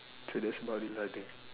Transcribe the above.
so that's about it lah I think